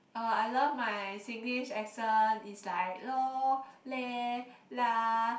ah I love my Singlish accent is like lor leh lah